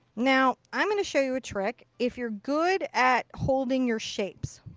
now i'm going to show you a trick. if you're good at holding your shapes.